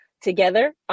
together